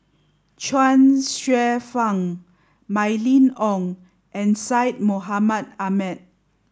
Chuang Hsueh Fang Mylene Ong and Syed Mohamed Ahmed